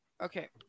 okay